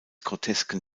grotesken